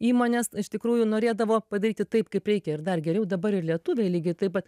įmonės iš tikrųjų norėdavo padaryti taip kaip reikia ir dar geriau dabar ir lietuviai lygiai taip pat